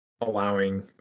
allowing